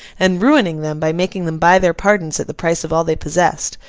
and ruining them by making them buy their pardons at the price of all they possessed,